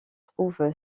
trouve